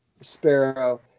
Sparrow